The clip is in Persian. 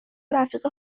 رفیق